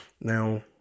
Now